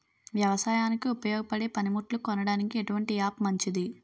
వ్యవసాయానికి ఉపయోగపడే పనిముట్లు కొనడానికి ఎటువంటి యాప్ మంచిది?